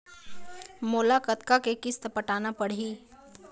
मोला कतका के किस्त पटाना पड़ही?